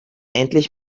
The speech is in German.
endlich